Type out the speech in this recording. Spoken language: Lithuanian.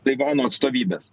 taivano atstovybės